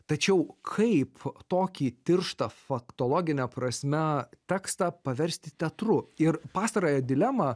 tačiau kaip tokį tirštą faktologine prasme tekstą paversti teatru ir pastarąją dilemą